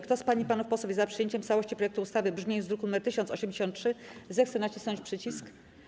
Kto z pań i panów posłów jest za przyjęciem w całości projektu ustawy w brzmieniu z druku nr 1083, zechce nacisnąć przycisk.